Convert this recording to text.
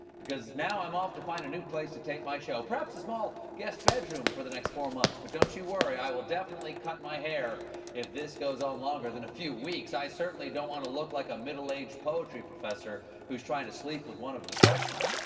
because now i'm off to find a new place to take my show. praption a small guest bedroom for the next four months but don't you worry, i will definitely cut my hair if this goes on longer than a few weeks. i certainly don't want to look like a middle-aged poetry professor who is trying to sleep with one of the freshman.